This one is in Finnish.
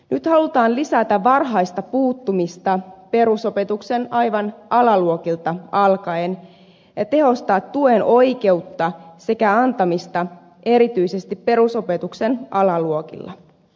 nyt halutaan lisätä varhaista puuttumista perusopetuksen aivan alaluokilta alkaen tehostaa tuen oikeutta sekä antamista erityisesti perusopetuksen alaluokilla